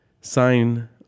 sign